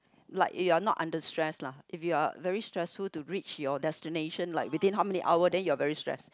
like you are not under stress lah if you are very stressful to reach your destination like within how many hour then you are very stress